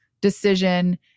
decision